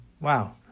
wow